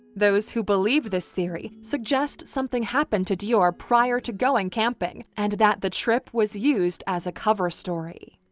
those who believe this theory, theory, suggest something happened to deorr prior to going camping, and that the trip was used as a cover story.